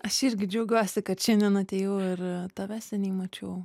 aš irgi džiaugiuosi kad šiandien atėjau ir tave seniai mačiau